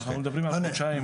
אנחנו מדברים על חודשיים,